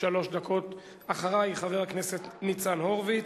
שלוש דקות, אחרייך, חבר הכנסת ניצן הורוביץ,